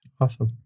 Awesome